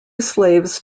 slaves